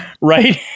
Right